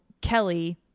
Kelly